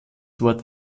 wort